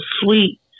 sweet